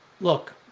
look –